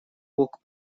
бог